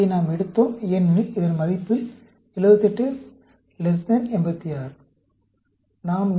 இதை நாம் எடுத்தோம் ஏனெனில் இதன் மதிப்பில் 78 86